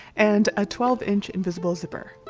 and a twelve inch invisible zipper.